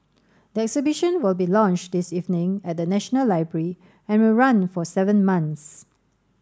the exhibition will be launched this evening at the National Library and will run for seven months